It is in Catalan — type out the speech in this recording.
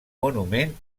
monument